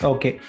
Okay